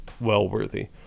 well-worthy